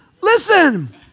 Listen